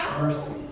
mercy